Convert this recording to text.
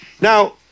Now